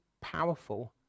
powerful